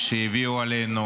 -- שהביאו עלינו